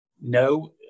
No